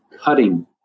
cutting